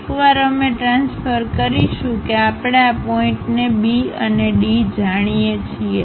એકવાર અમે ટ્રાન્સફર કરીશું કે આપણે આ પોઇન્ટને B અને D જાણીએ છીએ